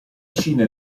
cina